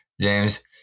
James